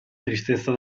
tristezza